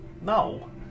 No